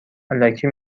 الکی